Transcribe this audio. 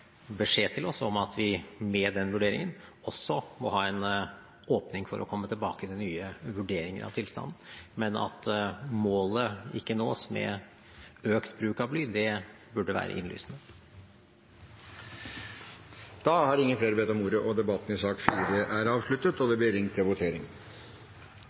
beskjed til oss om at vi med den vurderingen også må ha en åpning for å komme tilbake til nye vurderinger av tilstanden. Men at målet ikke nås med økt bruk av bly, burde være innlysende. Flere har ikke bedt om ordet til sak nr. 4. Da er Stortinget klar til å gå til votering.